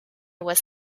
was